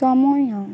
ସମୟ